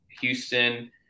Houston